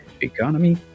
economy